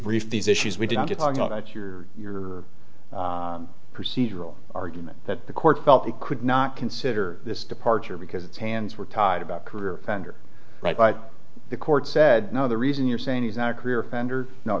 brief these issues we didn't get talking about your your procedural argument that the court felt he could not consider this departure because its hands were tied about career center right but the court said no the reason you're saying he's not a career ender no